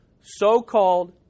so-called